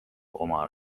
oma